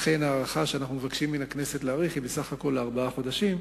לכן ההארכה שאנחנו מבקשים מהכנסת להאריך היא בסך הכול של ארבעה חודשים.